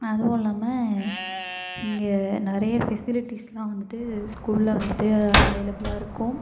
அதுவும் இல்லாமல் இங்கே நிறைய ஃபெசிலிட்டிஸ்லாம் வந்துட்டு ஸ்கூலில் வந்துட்டு அவைலபுலாக இருக்கும்